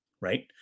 right